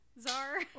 czar